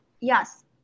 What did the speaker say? yes